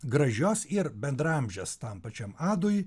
gražios ir bendraamžės tam pačiam adui